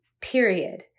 period